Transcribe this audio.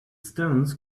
stones